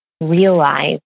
realize